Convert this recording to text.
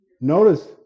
Notice